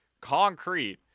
concrete